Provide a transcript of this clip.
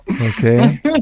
Okay